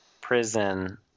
prison